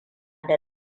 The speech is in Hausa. da